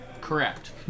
Correct